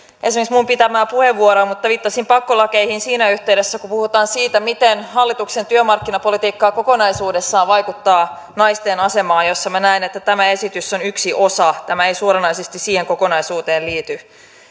esimerkiksi minun käyttämääni puheenvuoroa mutta viittasin pakkolakeihin siinä yhteydessä kun puhutaan siitä miten hallituksen työmarkkinapolitiikka kokonaisuudessaan vaikuttaa naisten asemaan ja minä näen että tämä esitys on yksi osa sitä tämä ei suoranaisesti siihen kokonaisuuteen liity